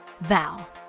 Val